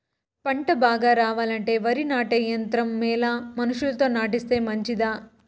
పంట బాగా రావాలంటే వరి నాటే యంత్రం మేలా మనుషులతో నాటిస్తే మంచిదా?